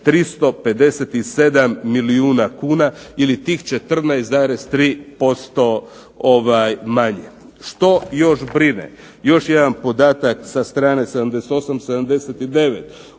357 milijuna kuna ili tih 14,3% manje. Što još brine, još jedan podatak sa strane 78.